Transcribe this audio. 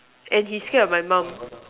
and he's scared of my mum